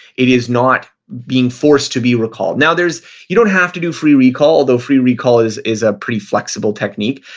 it is not being forced to be recalled. now you don't have to do free recall, although free recall is is a pretty flexible technique.